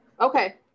Okay